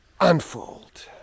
unfold